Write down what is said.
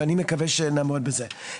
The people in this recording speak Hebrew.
ואני מקווה שנעמוד בזה.